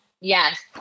Yes